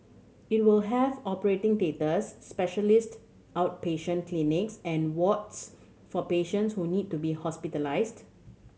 it will have operating theatres specialist outpatient clinics and wards for patients who need to be hospitalised